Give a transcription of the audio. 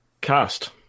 cast